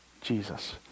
Jesus